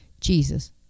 Jesus